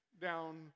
down